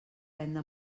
venda